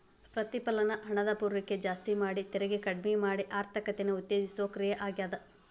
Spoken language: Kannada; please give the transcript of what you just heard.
ಪ್ರತಿಫಲನ ಹಣದ ಪೂರೈಕೆ ಜಾಸ್ತಿ ಮಾಡಿ ತೆರಿಗೆ ಕಡ್ಮಿ ಮಾಡಿ ಆರ್ಥಿಕತೆನ ಉತ್ತೇಜಿಸೋ ಕ್ರಿಯೆ ಆಗ್ಯಾದ